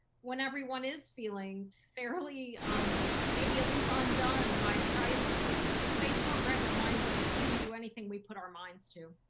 when everyone is feeling fairly maybe a little undone by a crisis, the space program reminds us, we can do anything we put our minds to.